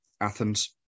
Athens